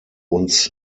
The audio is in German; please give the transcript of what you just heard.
uns